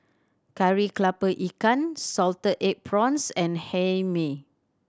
Kari Kepala Ikan salted egg prawns and Hae Mee